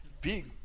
Big